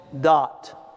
dot